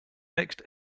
next